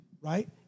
right